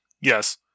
Yes